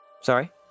Sorry